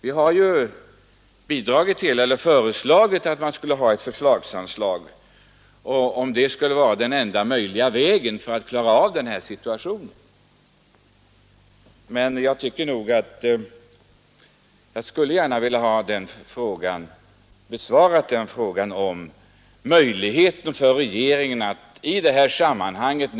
Vi har ju föreslagit att det anslag det här gäller skulle vara ett förslagsanslag, om detta är den enda möjliga vägen att klara situationen.